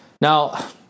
Now